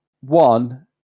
one